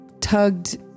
tugged